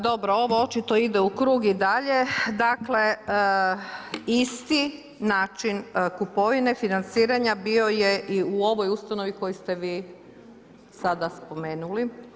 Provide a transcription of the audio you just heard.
Dobro, ovo očito ide u krug i dalje, dakle isti način kupovine, financiranja bio je i u ovoj ustanovi koji ste vi sada spomenuli.